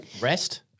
Rest